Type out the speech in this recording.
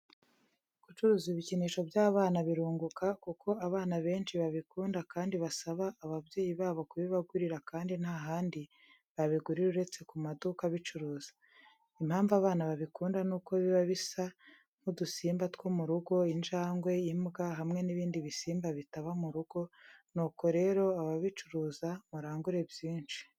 Gucuruza ibikinisho by'abana birunguka kuko abana benshi babikunda kandi basaba ababyeyi babo kubibagurira kandi nta handi babigura uretse ku maduka abicuruza. Impamvu abana babikunda ni uko biba bisa nk'udusimba two mu rugo injangwe, imbwa, hamwe n'ibindi bisimba bitaba mu rugo, nuko rero ababicuruza murangure byinshi.